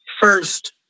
first